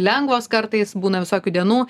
lengvos kartais būna visokių dienų